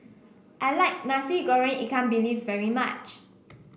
I like Nasi Goreng Ikan Bilis very much